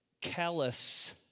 callous